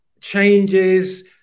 changes